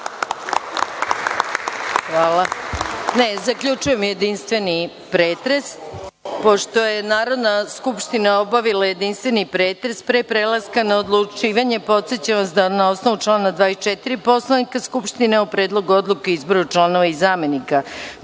Hvala. Zaključujem jedinstveni pretres. Pošto je Narodna skupština obavila jedinstveni pretres, a pre prelaska na odlučivanje, podsećam vas da, na osnovu člana 24. Poslovnika Narodne skupštine, o Predlogu odluke o izboru članova i zamenika